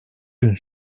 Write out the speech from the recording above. gün